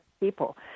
people